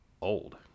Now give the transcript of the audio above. old